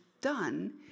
done